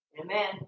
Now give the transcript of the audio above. Amen